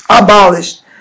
abolished